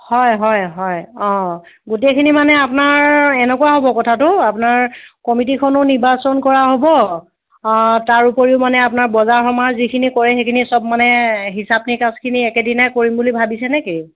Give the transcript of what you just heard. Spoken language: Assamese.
হয় হয় হয় অঁ গোটেইখিনি মানে আপোনাৰ এনেকুৱা হ'ব কথাটো আপোনাৰ কমিটিখনো নিৰ্বাচন কৰা হ'ব তাৰ উপৰিও মানে আপোনাৰ বজাৰ সমাৰ যিখিনি কৰে সেইখিনি সব মানে হিচাপ নিকাচখিনি একেদিনাই কৰিম বুলি ভাবিছেনে কি